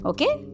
Okay